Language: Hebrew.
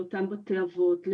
מרכז בתי אבות,